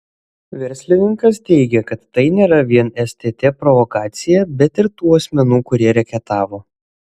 verslininkas teigė kad tai nėra vien stt provokacija bet ir tų asmenų kurie reketavo